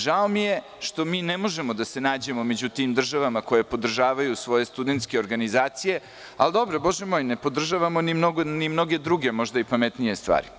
Žao mi je što mi ne možemo da se nađemo među tim državama koje podržavaju svoje studentske organizacije, ali dobro, Bože moj, ne podržavamo ni mnoge druge možda i pametnije stvari.